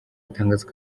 atangaza